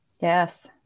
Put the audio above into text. Yes